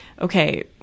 okay